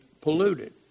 polluted